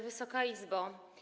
Wysoka Izbo!